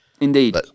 indeed